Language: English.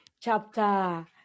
chapter